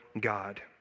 God